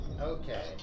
Okay